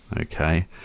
Okay